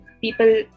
people